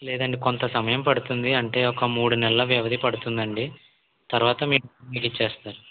లేదండి కొంత సమయం పడుతుంది అంటే ఒక మూడు నెలల వ్యవధి పడుతుందండి తర్వాత మీ డబ్బులు మీకు ఇచ్చేస్తారు